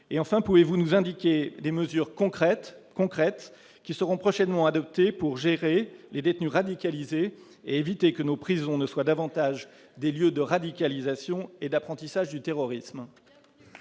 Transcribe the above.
? Enfin, pouvez-vous nous indiquer quelles mesures concrètes seront prochainement adoptées pour gérer les détenus radicalisés et éviter que nos prisons ne soient davantage encore des lieux de radicalisation et d'apprentissage du terrorisme ?